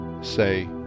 say